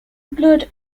blood